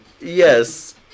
Yes